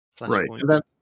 right